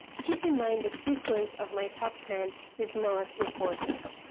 keep in mind the sequence of my top ten is not important.